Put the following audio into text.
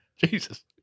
Jesus